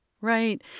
Right